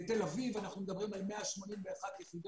בתל אביב אנחנו מדברים על 181 יחידות